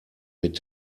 mit